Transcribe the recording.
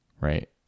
right